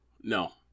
no